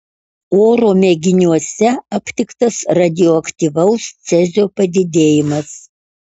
oro mėginiuose aptiktas radioaktyvaus cezio padidėjimas